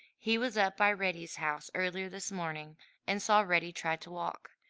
he was up by reddy's house early this morning and saw reddy try to walk.